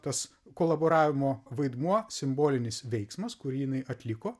tas kolaboravimo vaidmuo simbolinis veiksmas kurį jinai atliko